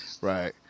Right